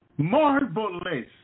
marvelous